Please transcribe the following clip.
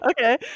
okay